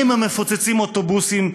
מי הם המפוצצים אוטובוסים,